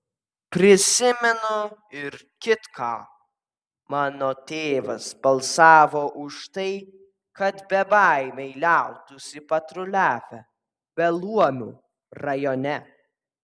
prisimenu ir kitką mano tėvas balsavo už tai kad bebaimiai liautųsi patruliavę beluomių rajone